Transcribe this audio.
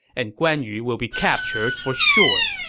and guan yu will be captured for sure.